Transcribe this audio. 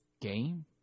game